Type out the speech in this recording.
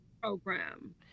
program